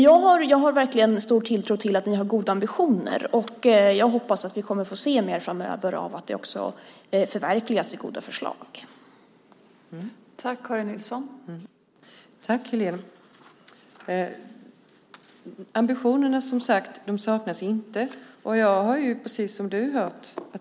Jag har ändå stor tilltro till att ni har goda ambitioner, och jag hoppas att vi kommer att få se att det också förverkligas i goda förslag framöver.